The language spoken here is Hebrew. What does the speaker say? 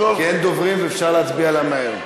אין דוברים ואפשר להצביע עליה מהר.